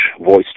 voice